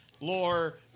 lore